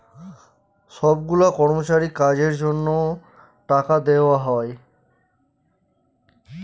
সব গুলা কর্মচারীকে কাজের জন্য টাকা দেওয়া হয়